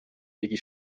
tegi